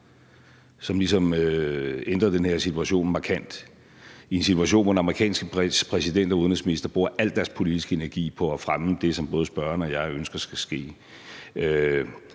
ligesom ændrede den her situation markant. Vi står i en situation, hvor den amerikanske præsident og udenrigsminister bruger al deres politiske energi på at fremme det, som både spørgeren og jeg ønsker skal ske,